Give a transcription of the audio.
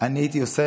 אני הייתי עושה,